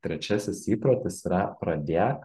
trečiasis įprotis yra pradėk